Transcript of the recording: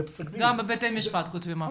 גם בבתי המשפט כותבים החלטה.